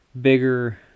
bigger